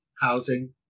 housing